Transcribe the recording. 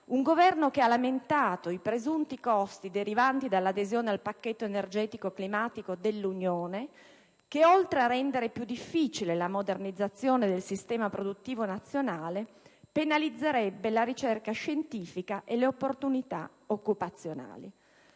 Un Governo che ha lamentato i presunti costi derivanti dall'adesione al pacchetto energetico climatico dell'Unione e che, oltre a rendere più difficile la modernizzazione del sistema produttivo nazionale, penalizzerebbe la ricerca scientifica e le opportunità occupazionali.